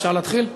אפשר להתחיל?